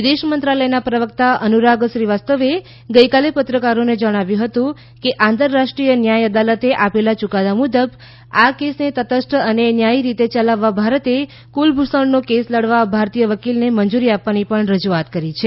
વિદેશ મંત્રાલયના પ્રવક્તા અનુરાગ શ્રીવાસ્તવે ગઈકાલે પત્રકારોને જણાવ્યું હતું કે આંતરરાષ્ટ્રીય ન્યાય અદાલતે આપેલા યૂકાદા મુજબ આ કેસને તટસ્થ અને ન્યાયી રીતે ચલાવવા ભારતે કુલભૂષણનો કેસ લડવા ભારતીય વકીલને મંજૂરી આપવાની પણ રજુઆત કરી છે